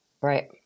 Right